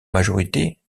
majorité